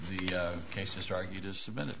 the cases are you just a minute